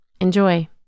Enjoy